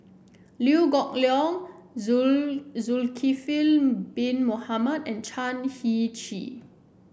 Liew Geok Leong Zulkifli Bin Mohamed and Chan Heng Chee